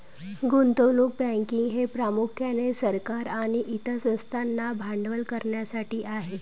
गुंतवणूक बँकिंग हे प्रामुख्याने सरकार आणि इतर संस्थांना भांडवल करण्यासाठी आहे